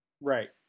Right